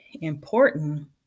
important